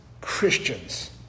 Christians